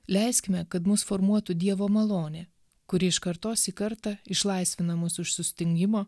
leiskime kad mus formuotų dievo malonė kuri iš kartos į kartą išlaisvina mus iš sustingimo